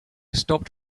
stopped